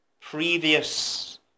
previous